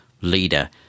leader